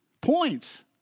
points